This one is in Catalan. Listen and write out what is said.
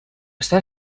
està